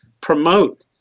promote